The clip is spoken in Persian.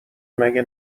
مگه